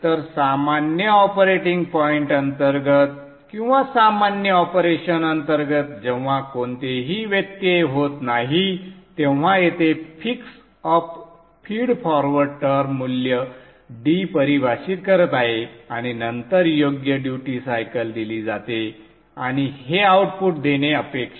तर सामान्य operating point अंतर्गत किंवा सामान्य ऑपरेशन अंतर्गत जेव्हा कोणतेही व्यत्यय होत नाही तेव्हा येथे fix up feed forward term मूल्य d परिभाषित करत आहे आणि नंतर योग्य ड्यूटी सायकल दिली जाते आणि हे आउटपुट देणे अपेक्षित आहे